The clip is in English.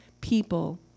people